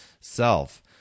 self